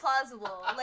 plausible